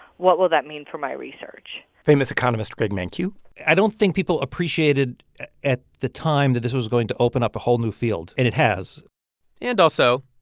what will that mean for my research? famous economist greg mankiw i i don't think people appreciated at the time that this was going to open up a whole new field, and it has and also,